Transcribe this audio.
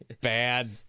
bad